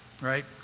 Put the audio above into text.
right